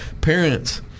Parents